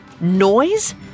Noise